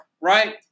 Right